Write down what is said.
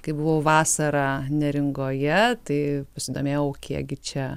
kai buvau vasarą neringoje tai pasidomėjau kiekgi čia